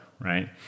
right